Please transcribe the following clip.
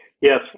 Yes